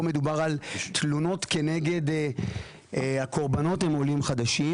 פה מדובר על תלונות שהקורבנות הם עולים חדשים.